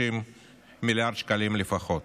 30 מיליארד שקלים לפחות.